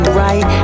right